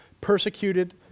Persecuted